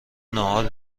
ناهار